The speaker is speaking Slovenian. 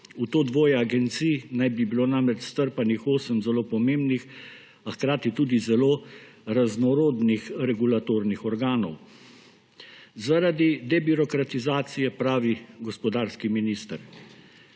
v to dvoje agencij naj bi bilo namreč strpanih 8 zelo pomembnih, a hkrati tudi zelo raznorodnih regulatornih organov. Zaradi debirokratizacije, pravi gospodarski minister.